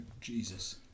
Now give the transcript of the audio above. Jesus